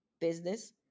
business